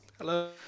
Hello